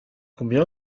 combien